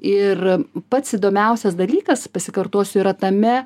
ir pats įdomiausias dalykas pasikartosiu yra tame